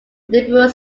liberal